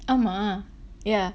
ஆமா:aamaa yeah